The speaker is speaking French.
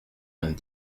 vingt